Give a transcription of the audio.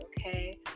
okay